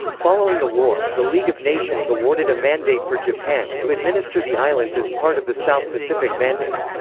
following the war, the league of nations awarded a mandate for japan to administer the islands as part of the south pacific mandate.